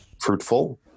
fruitful